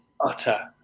utter